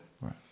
Right